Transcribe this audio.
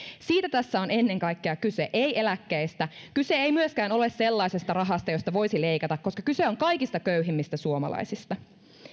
siitä tässä on ennen kaikkea kyse ei eläkkeistä kyse ei myöskään ole sellaisesta rahasta josta voisi leikata koska kyse on kaikista köyhimmistä suomalaisista